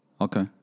Okay